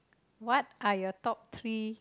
what are your top three